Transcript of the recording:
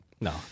No